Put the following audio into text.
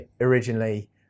originally